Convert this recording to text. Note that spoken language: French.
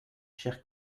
chers